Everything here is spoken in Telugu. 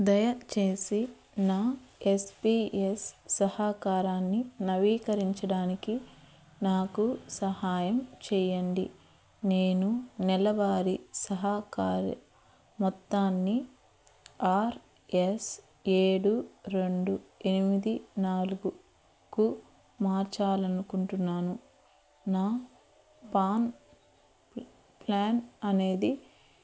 దయచేసి నా ఎస్ పీ ఎస్ సహకారాన్ని నవీకరించడానికి నాకు సహాయం చేయండి నేను నెలవారి సహకారి మొత్తాన్ని ఆర్ స్ ఏడు రెండు ఎనిమిది నాలుగుకు మార్చాలనుకుంటున్నాను నా పాన్ ప్లాన్ అనేది